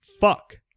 fuck